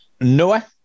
Noah